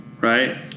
Right